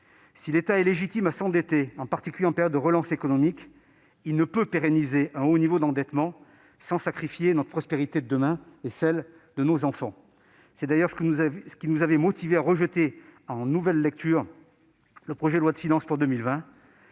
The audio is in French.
Si l'État est légitime à s'endetter, en particulier en période de relance économique, il ne peut pérenniser un haut niveau d'endettement sans sacrifier notre prospérité de demain, celle de nos enfants. C'est d'ailleurs ce qui nous avait motivés à rejeter, en nouvelle lecture, le projet de loi de finances pour 2020.